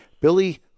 Billy